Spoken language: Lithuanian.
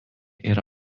yra